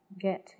get